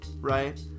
right